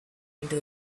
into